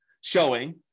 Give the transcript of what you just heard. showing